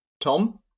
tom